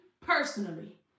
personally